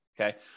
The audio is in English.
Okay